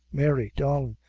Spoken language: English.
mary, darlin',